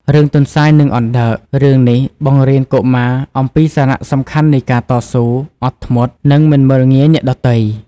រឿងទន្សាយនិងអណ្ដើក រឿងនេះបង្រៀនកុមារអំពីសារៈសំខាន់នៃការតស៊ូ អត់ធ្មត់ និងមិនមើលងាយអ្នកដទៃ។